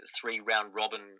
three-round-robin